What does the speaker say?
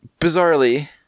bizarrely